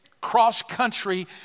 cross-country